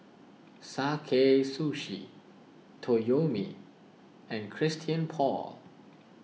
Sakae Sushi Toyomi and Christian Paul